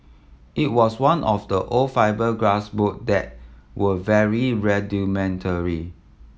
it was one of the old fibreglass boat that were very rudimentary